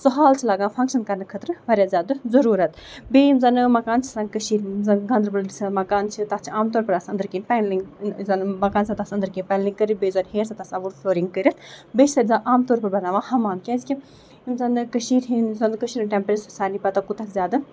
سُہ ہال چھُ لگان فَنگشن کرنہٕ خٲطرٕ واریاہ زیادٕ ضروٗرت بیٚیہِ یِم زَن مکان چھِ آسان کٔشیٖرِ یِم زَن گاندربَل ڈِسٹرکَس منٛز مکان چھِ تَتھ چھِ عام طور پٲٹھۍ آسان أندٕرۍ کِنۍ پیٚنلِنگ یُس زَن مکان چھُ آسان تَتھ چھُ آسان أندٕرۍ کِنۍ پیٚنلِنگ کٔرِتھ بیٚیہِ یُس زَن ہیر چھِ آسان تَتھ چھِ آسان وُڈ فٕلورِنگ کٔرِتھ بیٚیہِ چھِ تَتہِ عام طور پر بَناوان ہَمام کیازِ کہِ یِم زَن نہٕ کٔشیٖر ہِندۍ یُس زن کٔشیٖر ہُنٛد ٹیمپریچر چھُ سُہ چھِ سارنٕے پَتہ کوٗتاہ زیادٕ